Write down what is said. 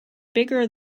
bigger